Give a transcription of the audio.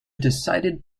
decided